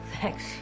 Thanks